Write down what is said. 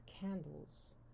candles